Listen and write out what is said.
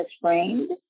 framed